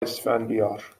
اسفندیار